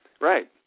Right